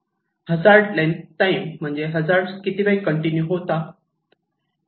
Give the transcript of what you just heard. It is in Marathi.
हजार्ड लेन्थ टाईम म्हणजे हजार्ड किती वेळ कंटिन्यू होता